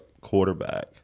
quarterback